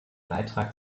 beitrag